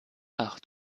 ach